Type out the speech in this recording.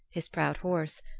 his proud horse,